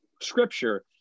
scripture